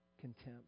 contempt